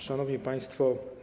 Szanowni Państwo!